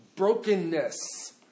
Brokenness